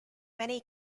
many